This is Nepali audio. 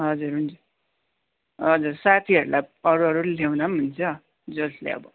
हजुर हुन्छ हजुर साथीहरूलाई अरू अरूले ल्याउँदा पनि हुन्छ जसले अब